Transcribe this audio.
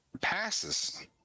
passes